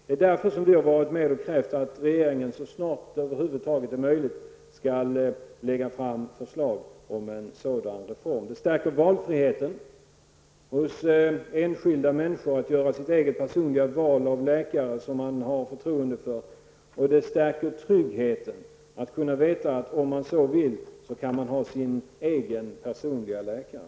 Det är därför som vi har varit med och krävt att regeringen så snart det över huvud taget är möjligt skall lägga fram förslag om en sådan reform. Det stärker valfriheten hos enskilda människor -- de kan göra sitt eget personliga val av läkare som de har förtroende för -- och det stärker tryggheten att veta att man om man så vill kan ha sin egen personliga läkare.